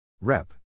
Rep